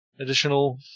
additional